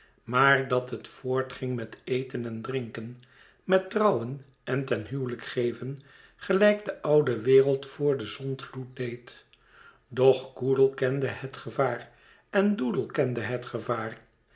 maar dat het voortging met eten en drinken met trouwen en ten huwelijk geven gelijk de oude wereld voor den zondvloed deed doch coodle kende het gevaar en doodle kende het gevaar